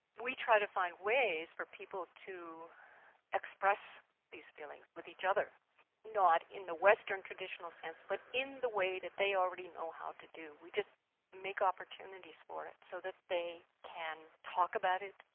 we try to find ways for people to express these feelings with each other not in the western traditional sense but in the way that they already know how to do we just make opportunities for it so that they can talk about it,